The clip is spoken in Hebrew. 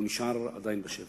והוא נשאר בשבי.